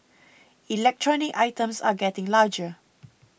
electronic items are getting larger